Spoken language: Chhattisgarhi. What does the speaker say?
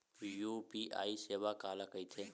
यू.पी.आई सेवा काला कइथे?